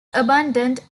abandoned